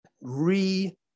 re